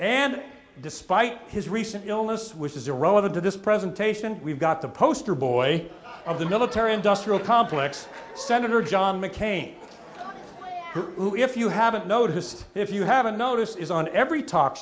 and despite his recent illness which is irrelevant to this presentation we've got the poster boy of the military industrial complex senator john mccain who if you haven't noticed if you haven't noticed is on every talk